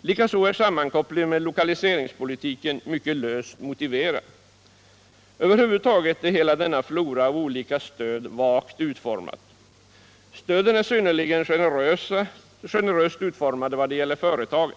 Likaså är sammankopplingen med lokaliseringspolitiken mycket löst motiverad. Över huvud taget är hela denna flora av olika stöd vagt utformad. Stöden är synnerligen generösa mot företagen.